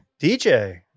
DJ